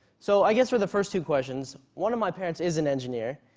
so i guess for the first two questions, one of my parents is an engineer,